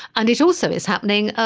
and it also is happening,